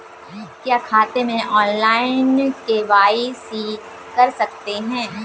क्या खाते में ऑनलाइन के.वाई.सी कर सकते हैं?